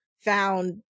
found